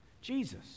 Jesus